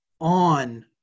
on